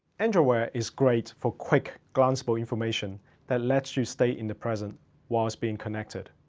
android wear is great for quick, glanceable information that lets you stay in the present whilst being connected,